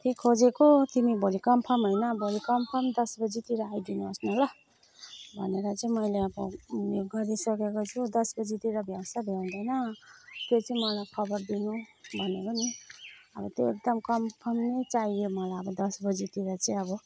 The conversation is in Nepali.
चाहिँ खोजेको तिमी भोलि कन्फर्म होइन कन्फर्म दस बजीतिर आइदिनुहोस् न ल भनेर चाहिँ मैले अब उयो गरिसकेको छु दस बजीतिर भ्याउँछ भ्याउँदैन त्यो चाहिँ मलाई खबर दिनु भनेको नि अब त्यो एकदम कन्फर्म नै चाहियो मलाई अब दस बजीतिर चाहिँ अब